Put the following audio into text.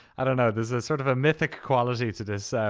i don't know, there's a sort of a mythic quality to this,